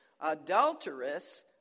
adulterous